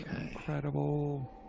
incredible